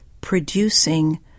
producing